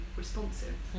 responsive